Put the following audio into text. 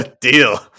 Deal